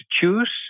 choose